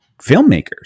filmmakers